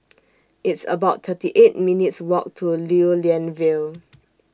It's about thirty eight minutes' Walk to Lew Lian Vale